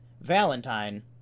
Valentine